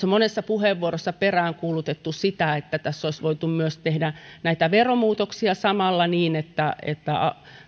monessa puheenvuorossa peräänkuulutettu sitä että olisi voitu myös tehdä veromuutoksia samalla niin että että